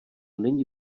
není